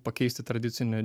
pakeisti tradicinį